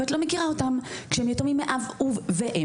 ואת לא מכירה אותם כשהם יתומים מאב ואם.